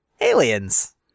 Aliens